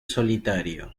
solitario